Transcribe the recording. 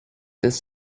this